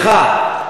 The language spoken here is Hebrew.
סליחה.